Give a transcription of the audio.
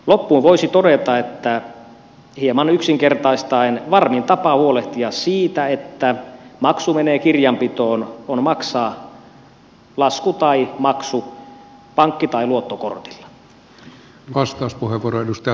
loppuun voisi todeta hieman yksinkertaistaen että varmin tapa huolehtia siitä että maksu menee kirjanpitoon on maksaa lasku tai maksu pankki tai luottokortilla